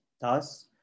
Thus